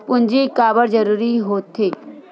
पूंजी का बार जरूरी हो थे?